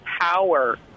power